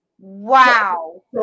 Wow